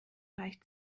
reicht